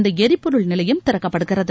இந்த எரிபொருள் நிலையம் திறக்கப்படுகிறது